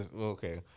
okay